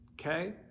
okay